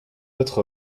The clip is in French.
être